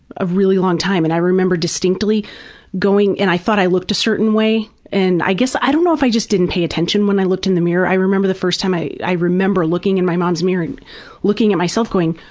a really long time and i remember distinctly going and i thought i looked a certain way and i guess i don't know if i just didn't pay attention when i looked in the mirror, i remember the first time i i remember looking in my mom's mirror and looking at myself going,